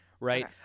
right